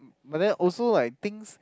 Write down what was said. but then also like things